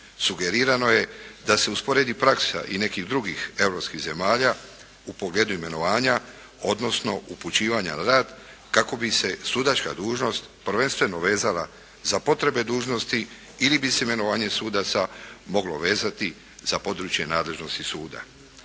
Sugerirano je da se usporedi praksa i nekih drugih europskih zemalja u pogledu imenovanja, odnosno upućivanja na rad kako bi se sudačka dužnost prvenstveno vezala za potrebe dužnosti ili bi se imenovanje sudaca moglo vezati za područje nadležnosti suda.